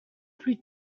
plus